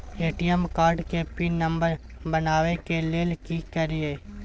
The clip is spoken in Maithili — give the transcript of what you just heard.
ए.टी.एम कार्ड के पिन नंबर बनाबै के लेल की करिए?